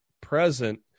present